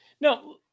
Now